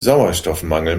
sauerstoffmangel